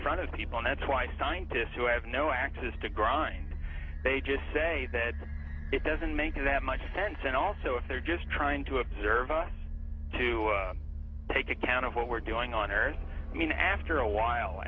front of people and that's why scientists who have no axes to grind they just say that it doesn't make that much sense and also if they're just trying to observe us to take account of what we're doing on earth i mean after a while